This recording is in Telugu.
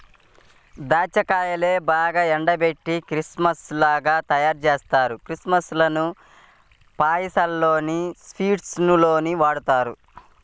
దాచ్చా కాయల్నే బాగా ఎండబెట్టి కిస్మిస్ లుగా తయ్యారుజేత్తారు, కిస్మిస్ లను పాయసంలోనూ, స్వీట్స్ లోనూ వాడతారు